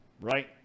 right